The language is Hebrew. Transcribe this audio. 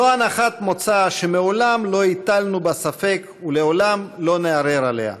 זו הנחת מוצא שמעולם לא הטלנו בה ספק ולעולם לא נערער עליה.